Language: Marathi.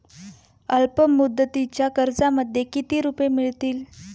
अल्पमुदतीच्या कर्जामध्ये किती रुपये मिळतील?